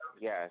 Yes